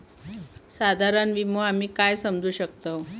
साधारण विमो आम्ही काय समजू शकतव?